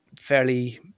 fairly